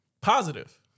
positive